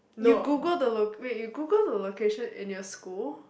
you Google the loc~ wait you Google the location in your school